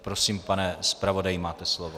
Prosím, pane zpravodaji, máte slovo.